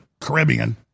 Caribbean